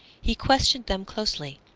he questioned them closely,